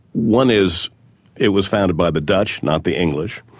one is it was founded by the dutch, not the english,